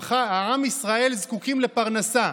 עם ישראל זקוקים לפרנסה,